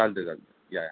चालेल चालेल या